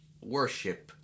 worship